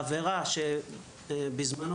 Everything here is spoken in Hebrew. בזמנו,